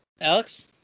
Alex